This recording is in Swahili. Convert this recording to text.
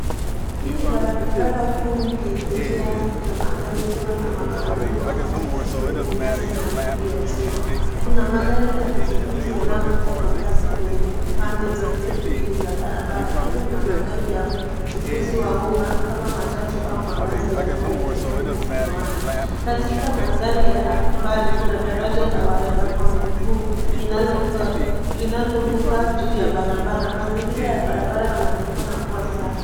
Hii ni barabara kuu yenye njia za magari ikiwa na magawanyiko wa katikati wenye nyasi na fili ya chuma. Kuna magari na pikipiki yanayopita kwa kasi kwenye pande zote mbili za barabara. Pia kuna magari ya uchukuzi wa uma, kama matatu au mabazi ya rangi ya kijani na samawati. Katika mandhari ya mbali, kuna daraja la waenda kwa miguu, linalovuka juu ya barabara. Mazingira ya barabara yanaonekana kuwa safi.